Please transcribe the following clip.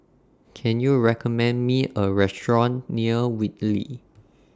Can YOU recommend Me A Restaurant near Whitley